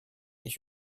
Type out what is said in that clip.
ich